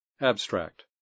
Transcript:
Abstract